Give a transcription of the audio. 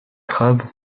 crabe